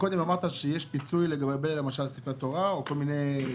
קודם אמרת שיש פיצוי לגבי ספרי תורה או ספסלים.